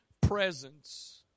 presence